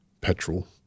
petrol